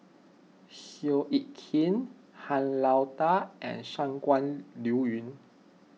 Seow Yit Kin Han Lao Da and Shangguan Liuyun